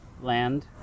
land